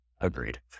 Agreed